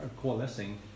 coalescing